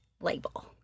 label